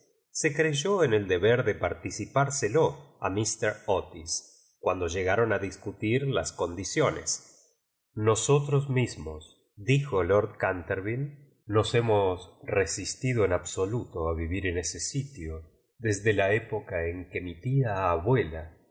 se creyó en el deber de participárselo a míster otis cuando llegaron a discutir las con dieiones nosotros mismosdijo lord contemile nos hemos resistido en absoluto li vivir en ese sitio desde la época cu que mi tía abuela